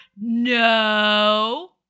No